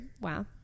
Wow